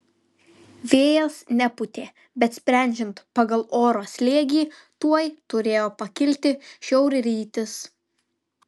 vėjas nepūtė bet sprendžiant pagal oro slėgį tuoj turėjo pakilti šiaurrytys